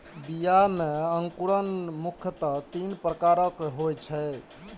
बीया मे अंकुरण मुख्यतः तीन प्रकारक होइ छै